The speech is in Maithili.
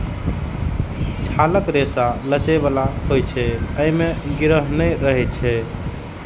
छालक रेशा लचै बला होइ छै, अय मे गिरह नै रहै छै